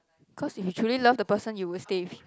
because you truely love the person you would stay